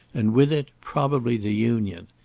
and with it probably the union.